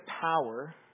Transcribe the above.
power